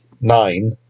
nine